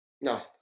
No